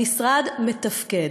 המשרד מתפקד.